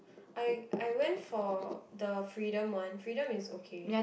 I I went for the Freedom one Freedom is okay